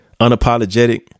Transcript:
Unapologetic